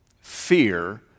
Fear